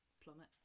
plummet